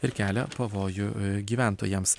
ir kelia pavojų gyventojams